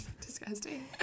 disgusting